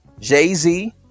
Jay-Z